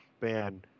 man